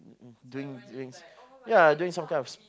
doing this ya doing some kind of